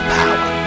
power